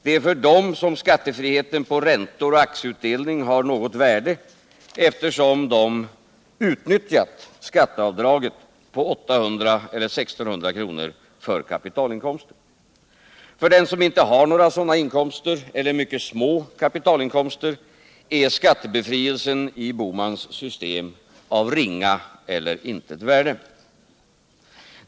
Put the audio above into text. Det är för dem som skattefriheten på räntor och akticutdelning har något värde, eftersom de utnyttjat skatteavdraget på 800 eller 1 600 kr. för kapitalinkomster. För den som inte har några sådana inkomster eller mycket små kapitalinkomster är skattebefrielsen i Gösta Bohmans system av ringa eller intet värde.